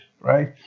right